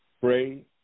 Pray